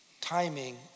Timing